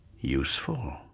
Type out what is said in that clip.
useful